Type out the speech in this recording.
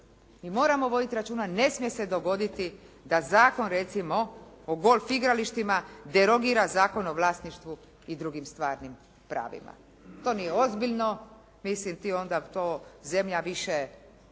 Mi moramo voditi računa, ne smije se dogoditi da Zakon recimo o golf igralištima derogira Zakon o vlasništvu i drugim stvarnim pravima. To nije ozbiljno. Mislim tim onda zemlja više